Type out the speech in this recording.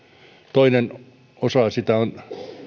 toinen osa sitä on